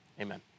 amen